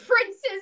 prince's